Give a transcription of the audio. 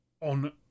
on